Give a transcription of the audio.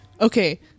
Okay